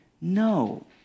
no